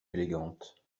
élégante